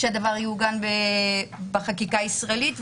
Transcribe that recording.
שזה יעוגן בחקיקה הישראלית,